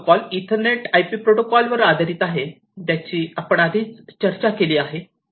हा protocol ethernet IP protocol वर आधारित आहे ज्याची आपण आधी चर्चा केली आहे